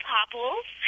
Popples